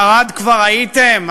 בערד כבר הייתם?